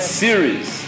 series